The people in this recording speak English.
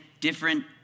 different